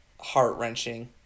heart-wrenching